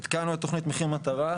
עדכנו את תוכנית מחיר מטרה,